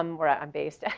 um where ah i'm based.